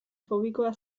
fobikoa